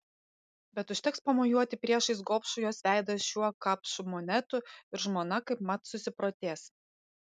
bet užteks pamojuoti priešais gobšų jos veidą šiuo kapšu monetų ir žmona kaipmat susiprotės